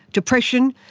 depression,